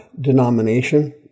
denomination